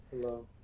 Hello